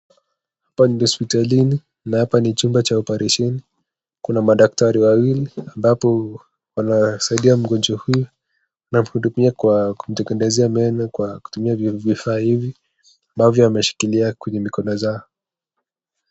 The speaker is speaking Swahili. Hapa ni hosipitalini, na hapa ni chumba cha oparesheni, kuna madaktari wawili ambapo wanasaidia mgonjwa huu, na kumhudumia kwa kumtengenezea meno kwa kutumia vifaa hivi ambavyo ameshikilia kwa mikono zao.